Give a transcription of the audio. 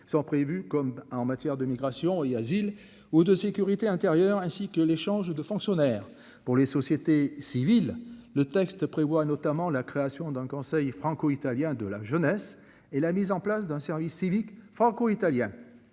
sont prévus comme en maths. Terre d'immigration et asile ou de sécurité intérieure ainsi que l'échange de fonctionnaires pour les sociétés civiles, le texte prévoit un autre. Notamment la création d'un conseil franco-italien de la jeunesse et la mise en place d'un service civique franco-italien